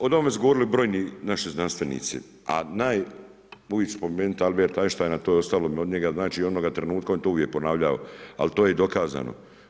O tome su govorili brojni naši znanstvenici, a naj.. mogu spomenut Alberta Einsteina, to je ostalo mi od njega, znači onoga trenutka, on je to uvijek ponavljao, ali to je i dokazano.